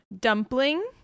Dumpling